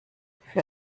für